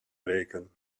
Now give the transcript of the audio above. breken